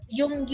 yung